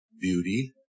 beauty